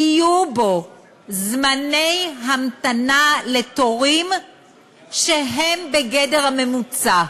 יהיו בו זמני המתנה לתורים שהם בגדר הממוצע.